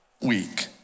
week